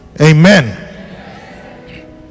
Amen